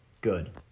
Good